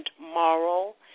moral